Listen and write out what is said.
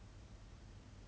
that's what they like lor